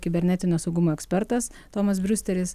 kibernetinio saugumo ekspertas tomas briusteris